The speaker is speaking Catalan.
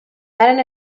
varen